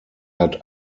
hat